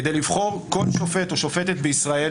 כדי לבחור כל שופט או שופטת בישראל,